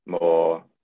more